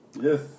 Yes